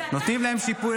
נותנים להן שיפוי.